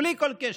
בלי כל קשר.